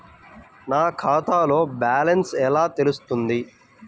నా ఖాతాలో బ్యాలెన్స్ ఎలా తెలుస్తుంది?